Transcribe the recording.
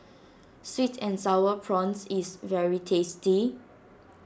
Sweet and Sour Prawns is very tasty